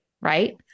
right